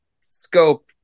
scope